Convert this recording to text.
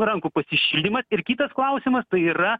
rankų pasišildymas ir kitas klausimas tai yra